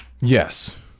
Yes